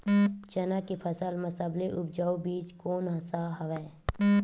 चना के फसल म सबले उपजाऊ बीज कोन स हवय?